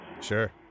Sure